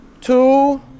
Two